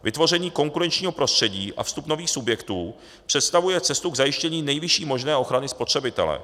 Vytvoření konkurenčního prostředí a vstup nových subjektů představuje cestu k zajištění nejvyšší možné ochrany spotřebitele.